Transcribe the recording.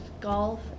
golf